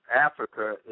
Africa